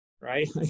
right